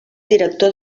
director